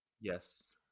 Yes